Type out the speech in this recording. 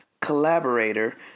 collaborator